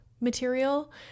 material